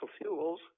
fuels